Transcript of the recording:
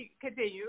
continue